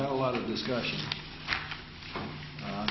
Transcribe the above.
that a lot of discussion